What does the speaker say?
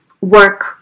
work